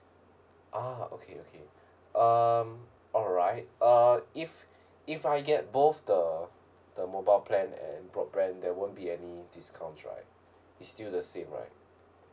ah okay okay um alright uh if if I get both the the mobile plan and broadband there won't be any discounts right it's still the same right